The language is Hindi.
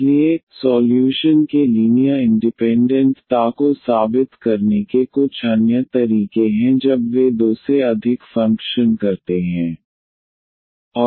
इसलिए सॉल्यूशन के लीनियर इंडिपेंडेंट ता को साबित करने के कुछ अन्य तरीके हैं जब वे दो से अधिक फंक्शन करते हैं